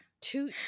two